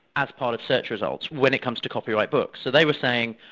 as part of search results when it comes to copyright books. so they were saying,